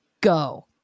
go